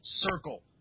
circle